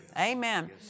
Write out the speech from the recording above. Amen